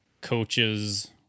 coaches